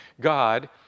God